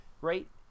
Right